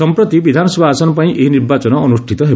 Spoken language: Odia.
ସମ୍ପ୍ରତି ବିଧାନସଭା ଆସନ ପାଇଁ ଏହି ନିର୍ବାଚନ ଅନୁଷ୍ଠିତ ହେବ